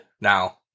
now